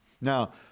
Now